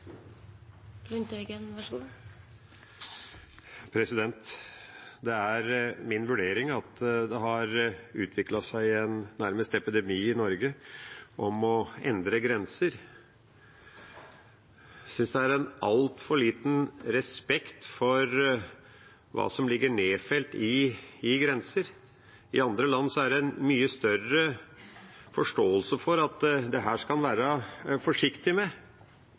min vurdering at det nærmest har utviklet seg en epidemi i Norge forbundet med å endre grenser. Jeg synes det er altfor lite respekt for det som ligger nedfelt i grenser. I andre land er det en mye større forståelse for at en skal være forsiktig med